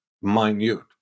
minute